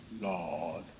Lord